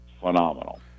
phenomenal